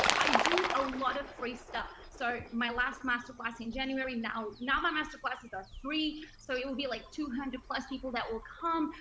i do a lot of free stuff. so my last masterclass in january, now now my master classes are free. so it will be like two hundred plus people that will come.